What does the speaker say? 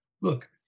look